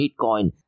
Bitcoin